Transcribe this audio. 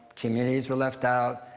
communities were left out.